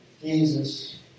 Jesus